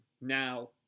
Now